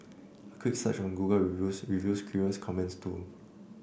a quick search on Google Reviews reveals curious comments too